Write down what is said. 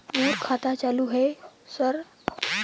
मोर खाता चालु हे सर?